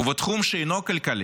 ובתחום שאינו כלכלי,